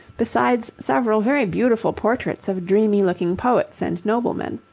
besides several very beautiful portraits of dreamy-looking poets and noblemen.